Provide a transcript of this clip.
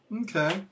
Okay